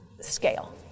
scale